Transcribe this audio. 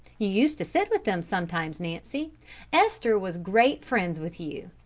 you used to sit with them sometimes, nancy esther was great friends with you.